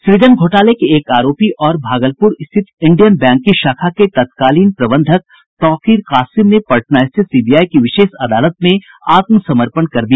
सृजन घोटाले के एक आरोपी और भागलपुर स्थित इंडियन बैंक की शाखा के तत्कालीन प्रबंधक तौकीर कासिम ने पटना स्थित सीबीआई की विशेष अदालत में आत्मसमर्पण कर दिया